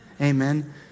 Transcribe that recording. Amen